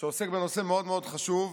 שעוסק בנושא מאוד מאוד חשוב,